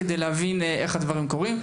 כדי להבין איך הדברים קורים.